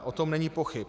O tom není pochyb.